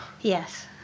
yes